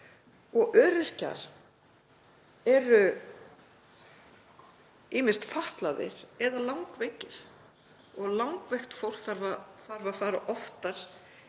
Öryrkjar eru ýmist fatlaðir eða langveikir og langveikt fólk þarf að fara oftar